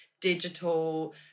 digital